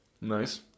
Nice